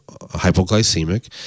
hypoglycemic